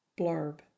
blurb